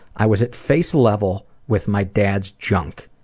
i was at face level with my dad's junk.